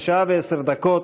אז שעה ועשר דקות,